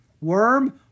Worm